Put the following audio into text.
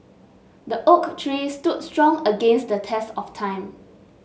the oak tree stood strong against the test of time